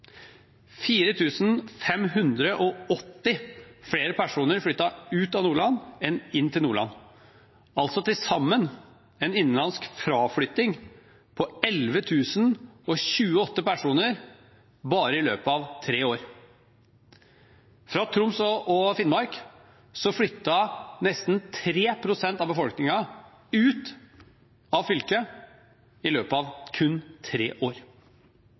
flere personer flyttet ut av Nordland enn inn til Nordland – altså til sammen en innenlands fraflytting på 11 028 personer bare i løpet av tre år. Fra Troms og Finnmark flyttet nesten 3 pst. av befolkningen ut av fylket i løpet av kun tre år.